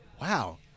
wow